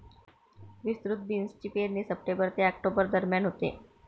विस्तृत बीन्सची पेरणी सप्टेंबर ते ऑक्टोबर दरम्यान होते